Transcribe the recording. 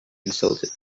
consultant